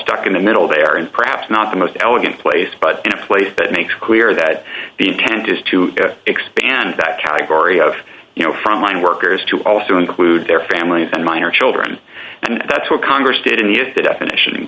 stuck in the middle there and perhaps not the most elegant place but in a place that makes clear that the intent is to expand that category of you know front line workers to also include their families and minor children and that's what congress did in the of the definition